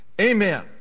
Amen